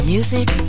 Music